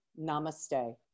Namaste